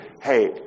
hey